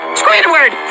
squidward